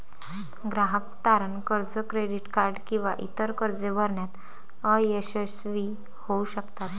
ग्राहक तारण कर्ज, क्रेडिट कार्ड किंवा इतर कर्जे भरण्यात अयशस्वी होऊ शकतात